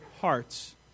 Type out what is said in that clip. hearts